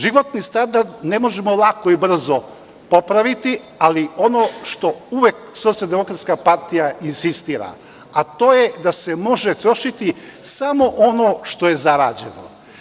Životni standard ne možemo lako i brzo popraviti, ali ono što uvek Socijaldemokratska partija insistira, to je da se može trošiti samo ono što je zarađeno.